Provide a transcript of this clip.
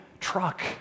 truck